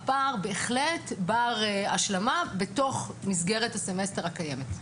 הפער בהחלט בר השלמה בתוך מסגרת הסמסטר הקיימת.